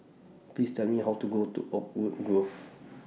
Please Tell Me How to Go to Oakwood Grove